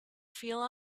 feel